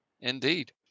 indeed